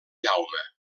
jaume